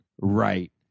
Right